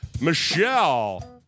Michelle